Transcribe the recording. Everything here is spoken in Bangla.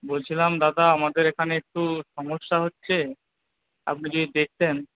বলছিলাম দাদা আমাদের এখানে একটু সমস্যা হচ্ছে আপনি যদি দেখতেন